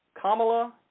Kamala